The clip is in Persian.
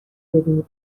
ببینی